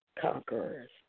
conquerors